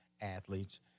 athletes